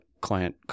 client